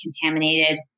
contaminated